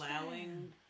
allowing